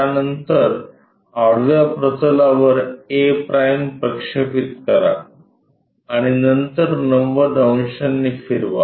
त्यानंतर आडव्या प्रतलावर a' प्रक्षेपित करा आणि नंतर 90 अंशांनी फिरवा